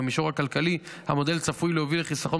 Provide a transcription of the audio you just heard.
במישור הכלכלי המודל צפוי להוביל לחיסכון